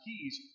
keys